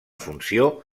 funció